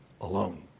alone